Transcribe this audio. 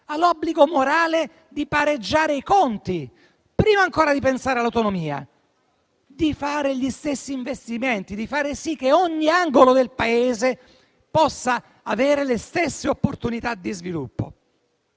ha l'obbligo morale di pareggiare i conti; prima ancora di pensare all'autonomia, occorre fare gli stessi investimenti e far sì che ogni angolo del Paese possa avere le stesse opportunità di sviluppo.